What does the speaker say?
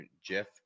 Jeff